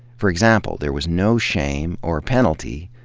for example, there was no shame, or penalty,